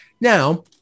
Now